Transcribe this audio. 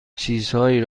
چیزهایی